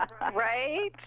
Right